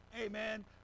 amen